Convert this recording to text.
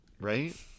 right